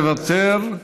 מוותר,